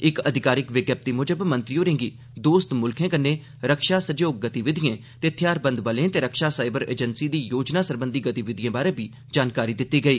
इक अधिकारिक विज्ञप्ति म्जब मंत्री होरें'गी दोस्त म्ल्खें कन्नै रक्षा सैह्योग गतिविधिएं ते थेहारबंद बलें ते रक्षा साईबर एजेंसी दी योजना सरबंधी गतिविधिएं बारै बी जानकारी दित्ती गेई